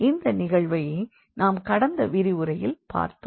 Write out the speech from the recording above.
இந்த நிகழ்வை நாம் கடந்த விரிவுரையில் பார்த்தோம்